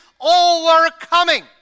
overcoming